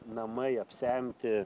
namai apsemti